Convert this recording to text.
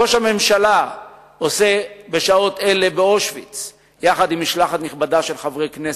ראש הממשלה עושה שעות אלה באושוויץ יחד עם משלחת נכבדה של חברי כנסת.